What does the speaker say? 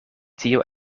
tio